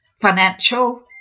financial